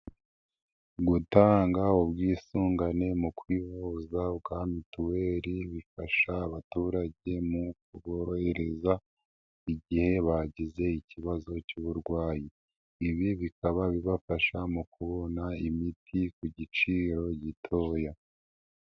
Gutanga ubwisungane mu kwivuza bwa mituweli, bifasha abaturage mu kuborohereza igihe bagize ikibazo cy'uburwayi. Ibi bikaba bibafasha mu kubona imiti ku giciro gitoya.